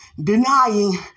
denying